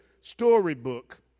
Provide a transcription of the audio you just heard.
storybook